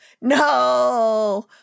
no